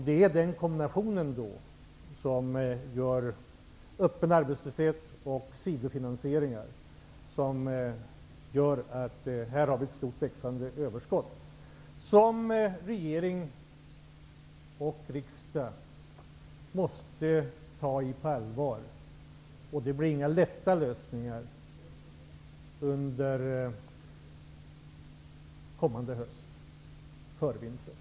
Det är kombinationen av öppen arbetslöshet och sidofinansieringar som gör att vi här har ett stort och växande överskott. Det måste regeringen och riksdagen ta itu med på allvar. Det blir inga lätta lösningar under kommande höst och innan vintern.